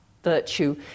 virtue